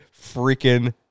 freaking